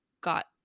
got